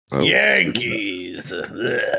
Yankees